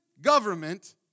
government